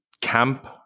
camp